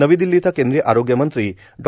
नवी दिल्ली इथं केंद्रीय आरोग्य मंत्री डॉ